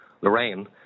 Lorraine